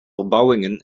verbouwingen